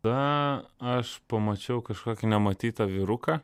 na aš pamačiau kažkokį nematytą vyruką